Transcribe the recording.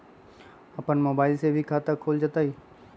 अपन मोबाइल से भी खाता खोल जताईं?